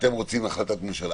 אתם רוצים החלטת ממשלה.